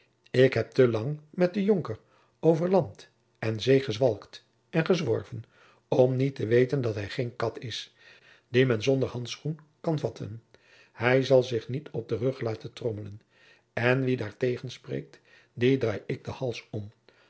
ik heb te lang met den jonker over land en zee gezwalkt en gezworven om niet te weten dat hij geen kat is dien men zonjacob van lennep de pleegzoon der handschoen aan kan vatten hij zal zich niet op den rug laten trommelen en wie daar tegenspreekt dien draai ik den hals om